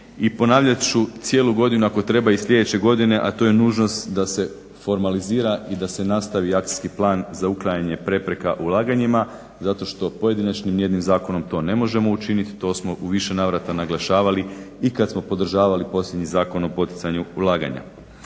i ponavljat ću cijelu godinu ako treba i sljedeće godine, a to je nužnost da se formalizira i da se nastavi akcijski plan za uklanjanje prepreka ulaganjima zato što pojedinačnim nijednim zakonom to ne možemo učiniti. To smo u više navrata naglašavali i kad smo podržavali posljednji Zakon o poticanju ulaganja.